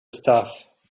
stuff